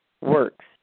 works